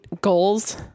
goals